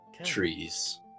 Trees